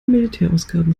militärausgaben